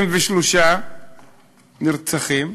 23 נרצחים,